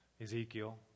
Ezekiel